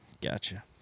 Gotcha